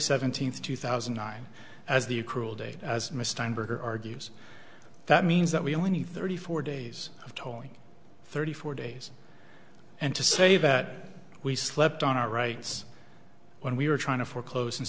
seventeenth two thousand and nine as the accrual date as mr emberg or argues that means that we only need thirty four days of tolling thirty four days and to say that we slept on our rights when we were trying to foreclose sin